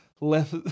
left